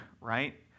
right